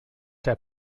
der